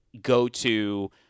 go-to